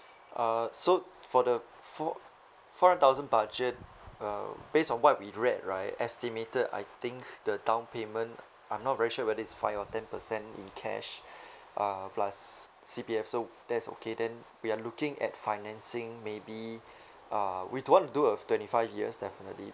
uh so for the four four thousand budget uh based on what we read right estimated I think the down payment I'm not very sure whether it's five or ten percent in cash uh plus C_P_F so that's okay then we are looking at financing maybe uh we don't want to do uh twenty five years definitely